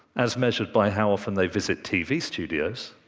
as measured by how often they visit tv studios,